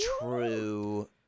true